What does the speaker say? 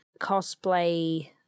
cosplay